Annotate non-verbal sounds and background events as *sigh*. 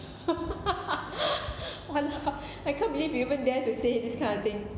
*laughs* !walao! I can't believe you even dare to say this kind of thing